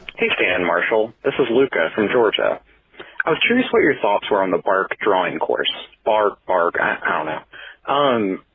hey, stan marshall. this is lucas from georgia i was curious what your thoughts were um the bark drawing course bark bark. how now um